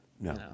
no